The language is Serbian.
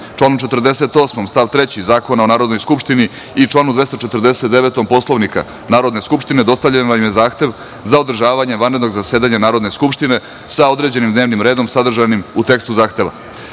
članu 48. stav 3. Zakona o Narodnoj skupštini i članu 249. Poslovnika Narodne skupštine, dostavljen vam je Zahtev za održavanje vanrednog zasedanja Narodne skupštine sa određenim dnevnim redom sadržanim u tekstu Zahteva.Za